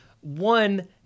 One